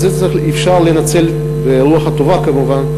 את זה אפשר לנצל ברוח הטובה, כמובן,